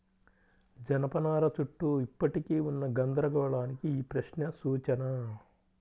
జనపనార చుట్టూ ఇప్పటికీ ఉన్న గందరగోళానికి ఈ ప్రశ్న సూచన